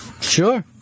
Sure